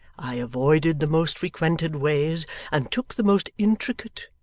i avoided the most frequented ways and took the most intricate,